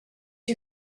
you